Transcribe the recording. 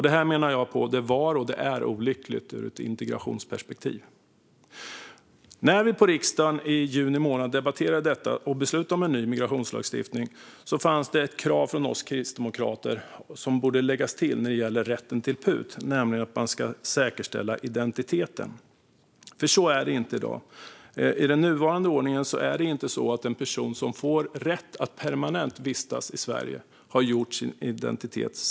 Det menar jag var och är olyckligt ur ett integrationsperspektiv. När riksdagen i juni månad debatterade detta och beslutade om en ny migrationslagstiftning fanns det ett krav från oss kristdemokrater som borde läggas till när det gäller rätten till PUT: att identiteten ska säkerställas. Så är det inte i dag. I den nuvarande ordningen är det inte så att en person som får rätt att permanent vistas i Sverige har säkerställt sin identitet.